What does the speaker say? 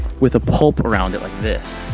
with a pulp around it like this.